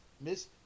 Miss